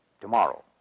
tomorrow